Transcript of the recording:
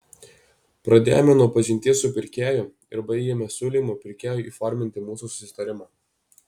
pradėjome nuo pažinties su pirkėju ir baigėme siūlymu pirkėjui įforminti mūsų susitarimą